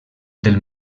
del